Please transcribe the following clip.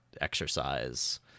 exercise